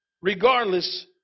regardless